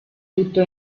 tutto